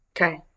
Okay